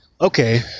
okay